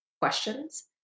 questions